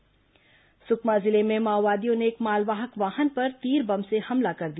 माओवादी हमला सुकमा जिले में माओवादियों ने एक मालवाहक वाहन पर तीर बम से हमला कर दिया